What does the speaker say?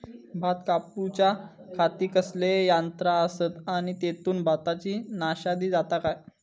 भात कापूच्या खाती कसले यांत्रा आसत आणि तेतुत भाताची नाशादी जाता काय?